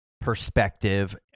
perspective